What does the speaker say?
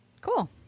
Cool